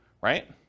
right